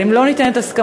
אבל אם לא ניתנת הסכמה,